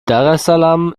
daressalam